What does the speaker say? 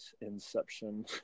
Inception